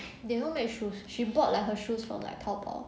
they don't make shoes she bought like her shoes from like Taobao